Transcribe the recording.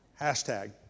Hashtag